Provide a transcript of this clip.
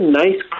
nice